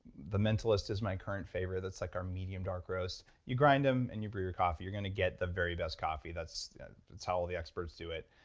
the mentalist is my current favorite. that's like our medium dark roast you grind them and you brew your coffee. you're going to get the very best coffee that's that's how ah the experts do it,